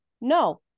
No